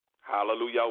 Hallelujah